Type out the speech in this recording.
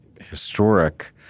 historic